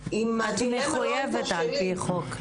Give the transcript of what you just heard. --- את מחויבת על פי חוק.